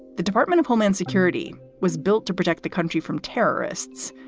the department of homeland security was built to protect the country from terrorists,